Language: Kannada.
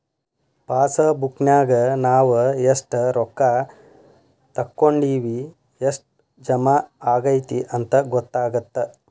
ಪಾಸಬುಕ್ನ್ಯಾಗ ನಾವ ಎಷ್ಟ ರೊಕ್ಕಾ ತೊಕ್ಕೊಂಡಿವಿ ಎಷ್ಟ್ ಜಮಾ ಆಗೈತಿ ಅಂತ ಗೊತ್ತಾಗತ್ತ